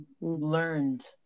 learned